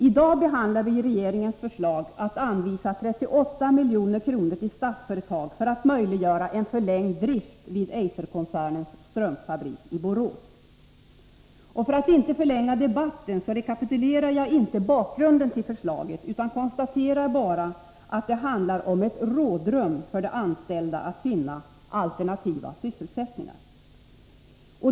I dag behandlar vi regeringens förslag att anvisa 38 milj.kr. till Statsföretag för att möjliggöra en förlängd drift vid Eiserkoncernens strumpfabrik i Borås. För att inte förlänga debatten rekapitulerar jag inte bakgrunden till förslaget utan konstaterar bara att det handlar om ett rådrum för de anställda att finna alternativa sysselsättningar.